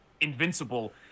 Invincible